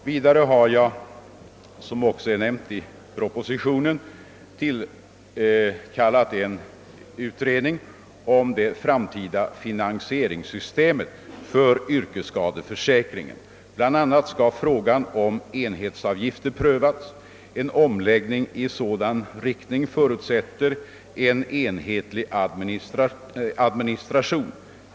Vidare har jag, som förutskickades i propositionen, tillkallat en utredning om det framtida finansieringssystemet för yrkesskadeförsäkringen. Bl.a. skall frågan om enhetsavgifter prövas. En omläggning i sådan riktning förutsätter en enhetlig administration.